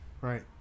right